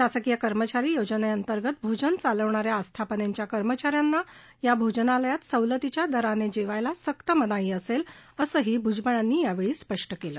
शासकीय कर्मचारी आणि योजनेंतर्गत भोजनालय चालवणाऱ्या आस्थापनेच्या कर्मचा यांना या भोजनालयात सवलतीच्या दराने जेवायला सक्त मनाई असेल असंही भुजबळांनी या वेळी स्पष्ट केलं